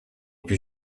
put